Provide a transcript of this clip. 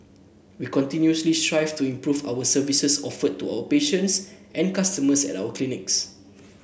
we continuously strive to improve our services offered to our patients and customers at our clinics